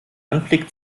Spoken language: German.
anblick